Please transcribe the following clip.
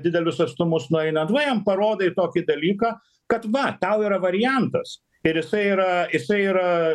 didelius atstumus nueinant na jam parodai tokį dalyką kad va tau yra variantas ir jisai yra jisai yra